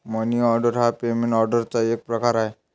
मनी order हा payment ऑर्डरचा एक प्रकार आहे